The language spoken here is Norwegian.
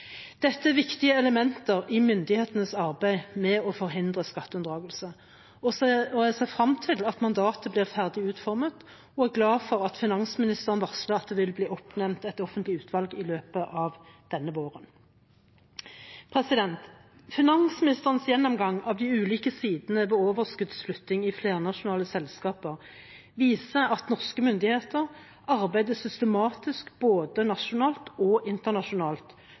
Dette er viktige elementer i myndighetenes arbeid med å forhindre skatteunndragelse. Jeg ser frem til at mandatet blir ferdig utformet, og er glad for at finansministeren varsler at det vil bli oppnevnt et offentlig utvalg i løpet av denne våren. Finansministerens gjennomgang av de ulike sidene ved overskuddsflytting i flernasjonale selskaper viser at norske myndigheter arbeider systematisk både nasjonalt og internasjonalt